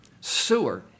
Seward